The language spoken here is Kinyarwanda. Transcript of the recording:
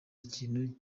ikintu